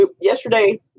Yesterday